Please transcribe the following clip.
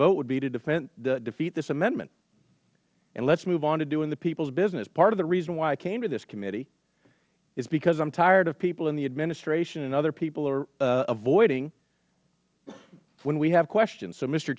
vote would be to defeat this amendment and let's move on to doing the people's business part of the reason why i came to this committee is because i am tired of people in the administration and other people avoiding when we have questions so m